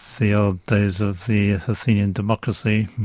the old days of the athenian democracy,